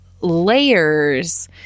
layers